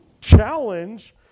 challenge